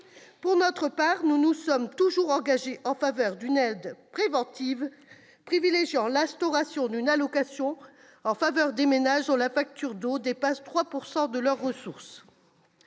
Pour notre part, nous nous sommes toujours engagés en faveur d'une aide préventive, privilégiant l'instauration d'une allocation en faveur des ménages dont la facture d'eau dépasse 3 % des ressources.